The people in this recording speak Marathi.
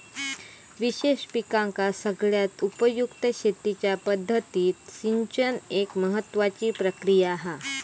विशेष पिकांका सगळ्यात उपयुक्त शेतीच्या पद्धतीत सिंचन एक महत्त्वाची प्रक्रिया हा